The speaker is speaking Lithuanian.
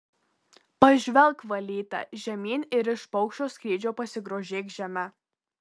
pažvelk valyte žemyn ir iš paukščio skrydžio pasigrožėk žeme